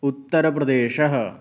उत्तरप्रदेशः